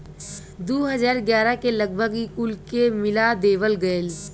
दू हज़ार ग्यारह के लगभग ई कुल के मिला देवल गएल